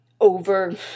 over